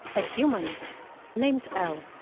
a human named el,